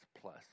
plus